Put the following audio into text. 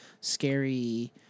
scary